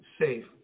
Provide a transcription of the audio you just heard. safe